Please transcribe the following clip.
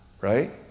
right